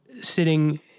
sitting